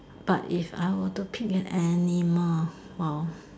but if I were to pick an animal !wow!